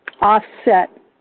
offset